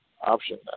option